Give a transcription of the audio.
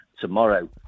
tomorrow